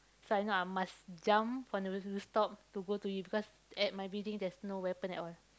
so I know I must jump on the rooftop to go to you because at my building there's no weapon at all